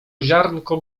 ziarnko